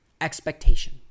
expectation